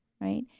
right